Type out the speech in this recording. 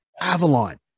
Avalon